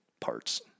parts